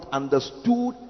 understood